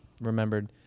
remembered